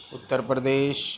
Uttar Pradesh